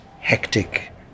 hectic